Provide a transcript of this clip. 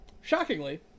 Shockingly